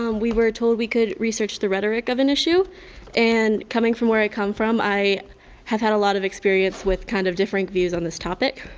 um we were told we could research the rhetoric of an issue and coming from where i come from i have had a lot of experience with kind of differing views on this topic.